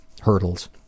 hurdles